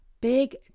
big